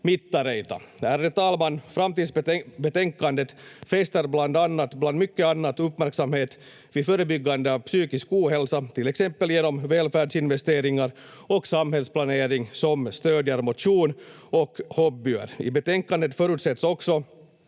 talman! Framtidsbetänkandet fäster bland mycket annat uppmärksamhet vid förebyggande av psykisk ohälsa, till exempel genom välfärdsinvesteringar och samhällsplanering som stödjer motion och hobbyer. I betänkandet förutsätts också